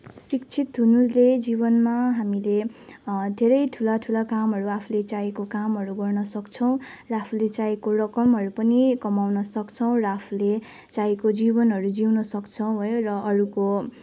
शिक्षित हुनुले जीवनमा हामीले धेरै ठुला ठुला कामहरू आफुले चाहेको काम गर्न सक्छौँ र आफुले चाहेको रकमहरू पनि कमाउन सक्छौँ र आफुले चाहेको जीवनहरू जिउन सक्छौँ है र अरूको